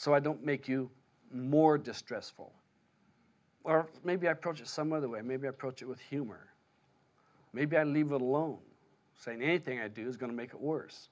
so i don't make you more distressful or maybe approach it some other way maybe approach it with humor maybe i'll leave it alone saying anything i do is going to make it worse